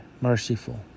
merciful